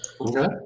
Okay